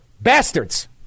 bastards